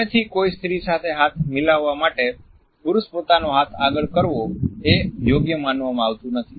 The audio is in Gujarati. સામેથી કોઈ સ્ત્રી સાથે હાથ મિલાવવા માટે પુરુષ પોતાનો હાથ આગળ કરવો એ યોગ્ય માનવામાં આવતું નથી